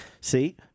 See